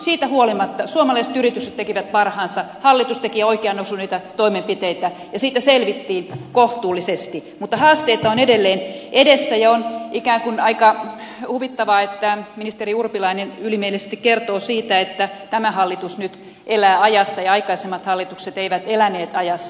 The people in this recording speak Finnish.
siitä huolimatta suomalaiset yritykset tekivät parhaansa hallitus teki oikeaan osuneita toimenpiteitä ja siitä selvittiin kohtuullisesti mutta haasteita on edelleen edessä ja on ikään kuin aika huvittavaa että ministeri urpilainen ylimielisesti kertoo siitä että tämä hallitus nyt elää ajassa ja aikaisemmat hallitukset eivät eläneet ajassa